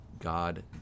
God